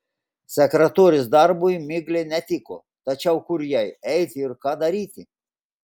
sekretorės darbui miglė netiko tačiau kur jai eiti ir ką daryti